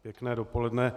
Pěkné dopoledne.